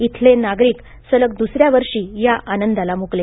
इथले नागरिक सलग दुसऱ्या वर्षी या आनंदाला मुकले